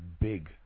big